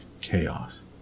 chaos